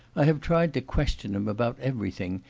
i have tried to question him about everything,